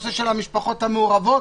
בנושא של המשפחות המעורבות,